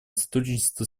сотрудничество